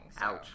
Ouch